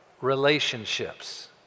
relationships